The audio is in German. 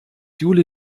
jule